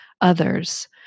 others